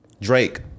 Drake